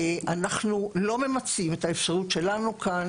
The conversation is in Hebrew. אנחנו לא ממצים את האפשרות שלנו כאן,